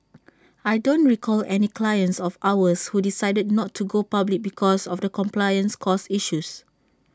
I don't recall any clients of ours who decided not to go public because of compliance costs issues